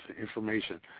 information